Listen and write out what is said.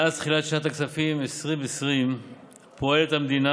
מאז תחילת שנת הכספים 2020 פועלת המדינה